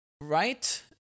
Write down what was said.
right